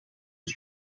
was